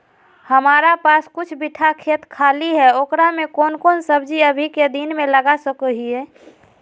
हमारा पास कुछ बिठा खेत खाली है ओकरा में कौन कौन सब्जी अभी के दिन में लगा सको हियय?